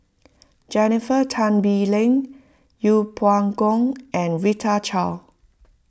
Jennifer Tan Bee Leng Yeng Pway Ngon and Rita Chao